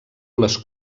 les